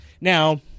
Now